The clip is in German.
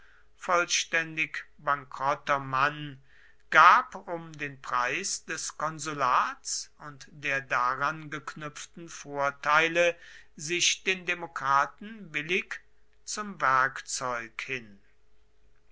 vollständig bankrotter mann gab um den preis des konsulats und der daran geknüpften vorteile sich den demokraten willig zum werkzeug hin